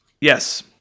yes